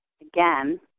again